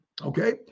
Okay